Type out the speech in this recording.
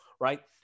right